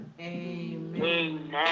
Amen